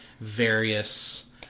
various